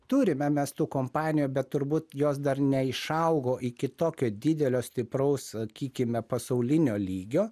turime mes tų kompanijų bet turbūt jos dar neišaugo iki tokio didelio stipraus sakykime pasaulinio lygio